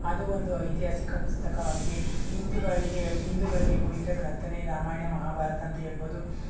ಅದು ಒಂದು ಐತಿಹಾಸಿಕ ಪುಸ್ತಕವಾಗಿದೆ ಹಿಂದೂಗಳಿಗೆ ಹಿಂದೂಗಳಿಗೆ ಪವಿತ್ರ ಗ್ರಂಥವೇ ರಾಮಾಯಣ ಮಹಾಭಾರತ ಅಂತ ಹೇಳ್ಬೋದು